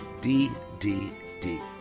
ddd